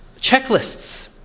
checklists